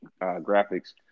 graphics